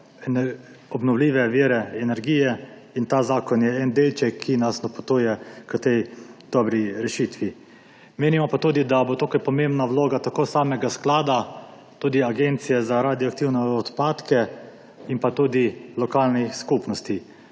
obnovljive vire energije in ta zakon je delček, ki nas napotuje k tej dobri rešitvi. Menimo pa tudi, da bo tu pomembna vloga tako samega sklada kot tudi Agencije za radioaktivne odpadke in lokalnih skupnosti.